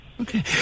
Okay